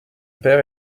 père